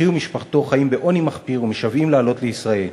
אחי ומשפחתו חיים בעוני מחפיר ומשוועים לעלות לישראל.